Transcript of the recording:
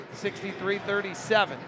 63-37